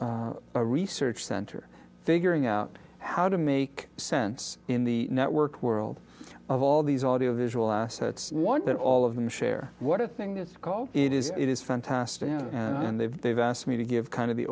a research center figuring out how to make sense in the network world of all these audio visual assets one that all of them share what a thing this call it is it is fantastic and they've they've asked me to give kind of the